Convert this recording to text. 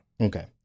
okay